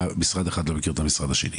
משרד אחד לא מכיר את המשרד השני.